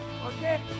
Okay